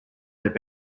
their